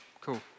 Cool